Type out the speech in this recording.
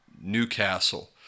Newcastle